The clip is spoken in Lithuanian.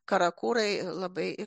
karakurai labai